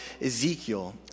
Ezekiel